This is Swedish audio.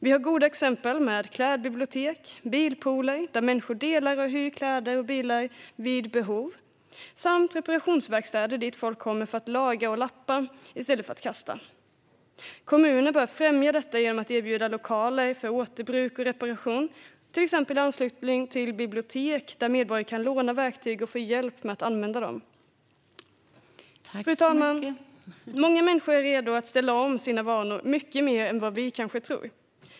Vi har goda exempel med klädbibliotek och bilpooler där människor delar och hyr kläder och bilar vid behov samt reparationsverkstäder dit folk kommer för att lappa och laga i stället för att kasta. Kommuner bör främja detta genom att erbjuda lokaler för återbruk och reparation, till exempel i anslutning till bibliotek, där medborgare kan låna verktyg och få hjälp med att använda dem. Fru talman! Många människor är redo att ställa om sina vanor, mycket mer än vi kanske tror.